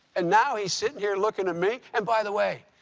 and now he's sitting here looking at me and by the way,